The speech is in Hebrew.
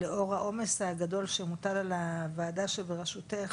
לאור העומס הגדול שמוטל על הוועדה שבראשותך.